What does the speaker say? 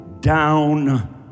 down